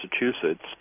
Massachusetts